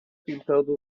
pintando